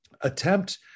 attempt